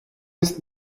ist